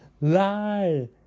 lie